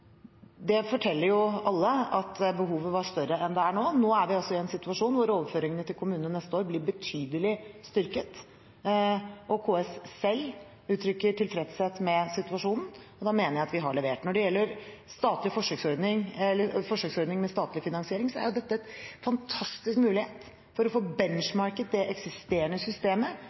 Det forteller alle at behovet var større enn det er nå. Nå er vi i en situasjon hvor overføringene til kommunene blir betydelig styrket neste år. KS selv uttrykker tilfredshet med situasjonen, og da mener jeg at vi har levert. Når det gjelder forsøksordning med statlig finansiering, er jo det en fantastisk mulighet til å få «benchmarket» det eksisterende systemet